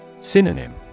Synonym